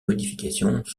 modifications